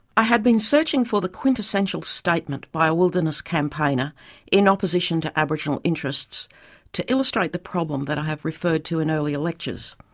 i had been searching for the quintessential statement by a wilderness campaigner in opposition to aboriginal interests to illustrate the problem that i have referred to in earlier lectures